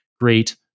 great